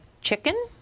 chicken